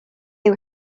ydw